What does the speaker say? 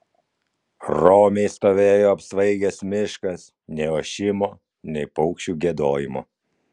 romiai stovėjo apsvaigęs miškas nė ošimo nė paukščių giedojimo